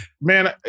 man